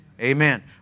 Amen